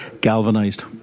galvanised